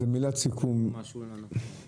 אז מילת סיכום לא בתהליך.